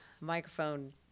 microphone